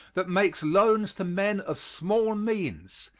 that makes loans to men of small means,